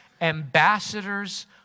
ambassadors